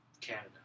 Canada